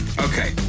Okay